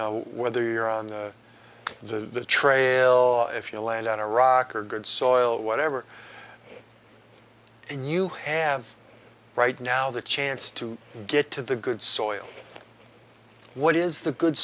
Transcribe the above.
know whether you're on the trail if you land on a rock or good soil whatever and you have right now the chance to get to the good soil what is the good